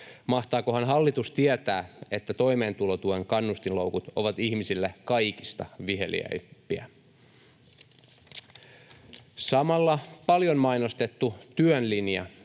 Mahtaakohan hallitus tietää, että toimeentulotuen kannustinloukut ovat ihmisille kaikista viheliäisimpiä? Samalla paljon mainostettu työn linja